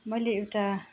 मैले एउटा